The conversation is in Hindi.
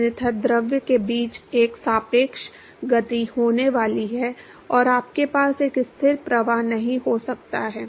अन्यथा द्रव के बीच एक सापेक्ष गति होने वाली है और आपके पास एक स्थिर प्रवाह नहीं हो सकता है